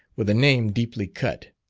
with a name deeply cut.